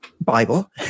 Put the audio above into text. Bible